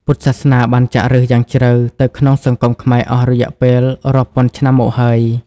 ពុទ្ធសាសនាបានចាក់ឫសយ៉ាងជ្រៅទៅក្នុងសង្គមខ្មែរអស់រយៈពេលរាប់ពាន់ឆ្នាំមកហើយ។